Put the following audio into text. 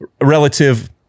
relative